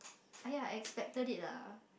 aiyah I expected it lah